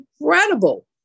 incredible